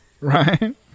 Right